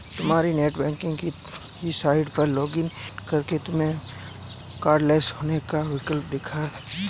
तुम्हारी नेटबैंकिंग की साइट पर लॉग इन करके तुमको कार्डलैस कैश का विकल्प दिख जाएगा